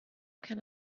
can